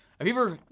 have you ever,